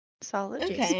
solid